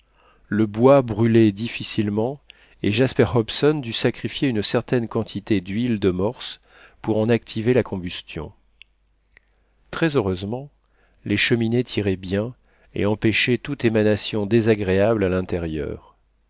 le bois brûlait difficilement et jasper hobson dut sacrifier une certaine quantité d'huile de morse pour en activer la combustion très heureusement les cheminées tiraient bien et empêchaient toute émanation désagréable à l'intérieur